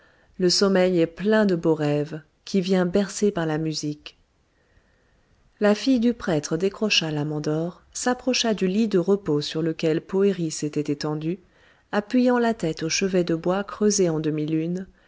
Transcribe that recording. le sommeil est plein de beaux rêves qui vient bercé par la musique la fille du prêtre décrocha la mandore s'approcha du lit de repos sur lequel poëri s'était étendu appuyant la tête au chevet de bois creusé en demi-lune